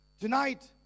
Tonight